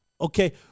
okay